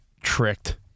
tricked